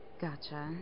Gotcha